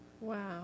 Wow